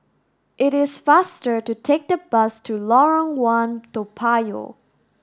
it is faster to take the bus to Lorong One Toa Payoh